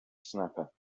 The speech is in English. snapper